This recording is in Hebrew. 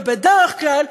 ובדרך כלל,